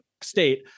state